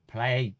Play